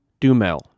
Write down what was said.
Dumel